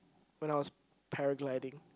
when I was paragliding